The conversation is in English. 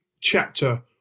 chapter